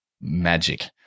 magic